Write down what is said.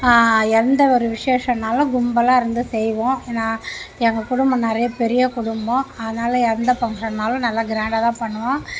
எந்த ஒரு விசேஷன்னாலும் கும்பலாயிருந்து செய்வோம் நான் எங்கள் குடும்பம் நிறையா பெரிய குடும்பம் அதனால எந்த ஃபங்க்ஷனெனாலும் நல்லா கிராண்டாக தான் பண்ணுவோம்